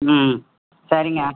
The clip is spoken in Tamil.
ம் சரிங்க